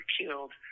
killed